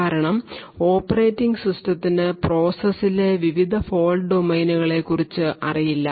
കാരണം ഓപ്പറേറ്റിംഗ് സിസ്റ്റത്തിന് പ്രോസസ്സിലെ വിവിധ ഫോൾട് ഡൊമെയ്നുകളെക്കുറിച്ച് അറിയില്ല